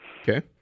Okay